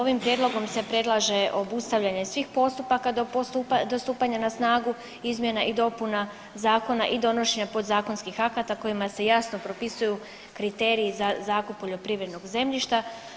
Ovim prijedlogom se predlaže obustavljanje svih postupaka do stupanja na snagu izmjena i dopuna zakona i donošenja podzakonskih akata kojima se jasno propisuju kriteriji za zakup poljoprivrednog zemljišta.